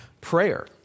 prayer